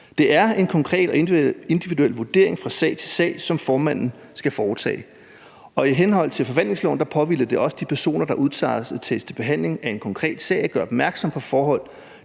Det er en konkret og individuel vurdering fra sag til sag, som formanden skal foretage, og i henhold til forvaltningsloven påhviler det også de personer, der udtages til behandlingen af en konkret sag, at gøre opmærksom på forhold,